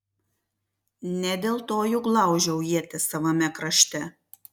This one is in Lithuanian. ne dėl to juk laužiau ietis savame krašte